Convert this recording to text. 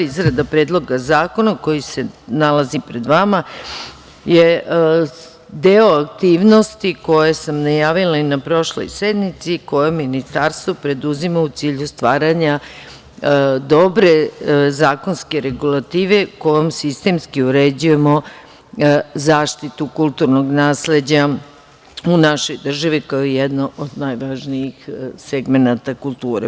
Izrada Predloga zakona, koji se nalazi pred vama, je deo aktivnosti koje sam najavila i na prošloj sednici, koje ministarstvo preduzima u cilju stvaranja dobre zakonske regulative kojom sistemski uređujemo zaštitu kulturnog nasleđa u našoj državi kao jedno od najvažnijih segmenata kulture.